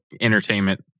entertainment